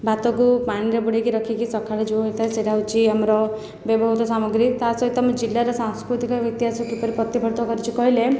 ଭାତକୁ ପାଣିରେ ବୁଡ଼ାଇକି ରଖିକି ସକାଳେ ଯେଉଁ ହୋଇଥାଏ ସେଟା ହେଉଛି ଆମର ବ୍ୟବହୃତ ସାମଗ୍ରୀ ତା'ସହିତ ଆମ ଜିଲ୍ଲାରେ ସାଂସ୍କୃତିକ ବିକାଶ କିପରି ପ୍ରତିଫଳିତ କରିଛି କହିଲେ